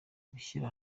gushyira